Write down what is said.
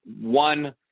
One